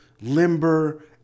limber